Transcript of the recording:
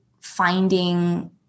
finding